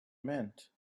meant